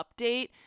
update